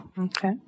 Okay